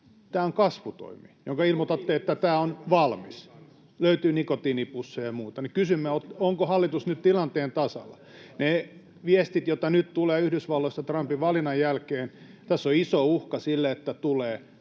tämä on kasvutoimi, josta ilmoitatte, että tämä on valmis. Löytyy nikotiinipusseja ja muuta. Kysymme, onko hallitus nyt tilanteen tasalla. Ne viestit, joita nyt tulee Yhdysvalloista Trumpin valinnan jälkeen — tässä on iso uhka sille, että tulee